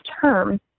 term